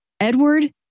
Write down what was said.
Edward